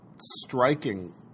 striking –